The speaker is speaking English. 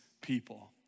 people